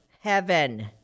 heaven